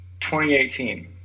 2018